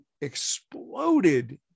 exploded